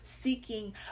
seeking